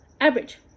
average